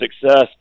success